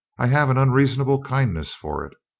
i have an unreason able kindness for it.